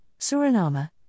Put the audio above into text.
Suriname